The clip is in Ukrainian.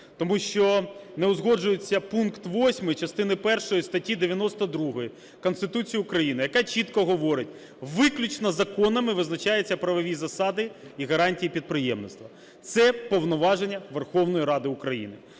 Тому що не узгоджується пункт 8 частини першої статті 92 Конституції України, яка чітко говорить: виключно законами визначаються правові засади і гарантії підприємництва. Це повноваження Верховної Ради України.